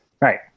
Right